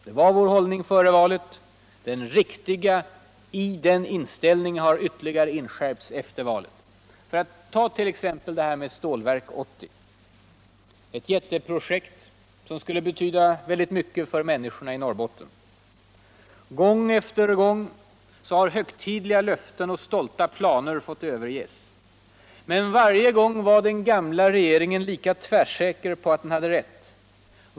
Det var vår hållning före valet. Det riktiga i den inställningen har ytterligare inskärpts efter valet. Ta t.ex. Stålverk 80, detta jätteprojekt som skulle betyda så mycket för människorna i Norrbotten. Gång efter gång har högtidliga löften och stolta planer fått överges. Men varje gång var den gamla regeringen lika 1värsäker på att den hade rätt.